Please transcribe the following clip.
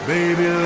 Baby